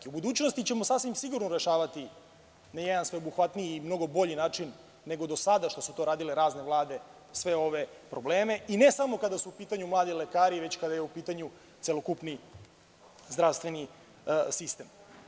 U budućnosti ćemo sasvim sigurno rešavati na jedan sveobuhvatniji i mnogo bolji način nego do sada što su to radile razne vlade sve ove probleme i ne samo kada su u pitanju mladi lekari, već kada je u pitanju celokupni zdravstveni sistem.